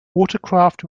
watercraft